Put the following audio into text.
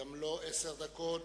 גם לו עשר דקות.